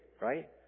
right